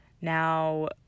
Now